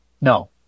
No